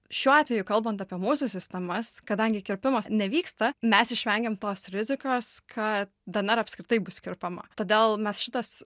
šiuo atveju kalbant apie mūsų sistemas kadangi kirpimas nevyksta mes išvengiam tos rizikos ka dnr apskritai bus kirpama todėl mes šitą s